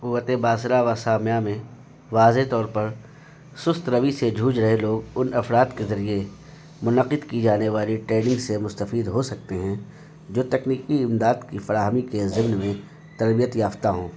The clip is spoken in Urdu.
قوتِ باصرہ و سامعہ میں واضح طور پر سست روی سے جوجھ رہے لوگ ان افراد کے ذریعے منعقد کی جانے والی ٹریننگ سے مستفید ہو سکتے ہیں جو تکنیکی امداد کی فراہمی کے ضمن میں تربیت یافتہ ہوں